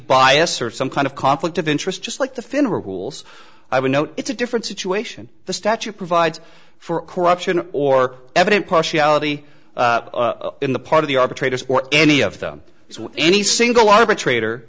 bias or some kind of conflict of interest just like the finn rules i would note it's a different situation the statute provides for corruption or evident partiality in the part of the arbitrator or any of them so any single arbitrator